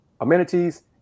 amenities